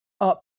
up